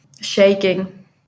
shaking